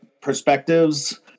perspectives